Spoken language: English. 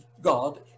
God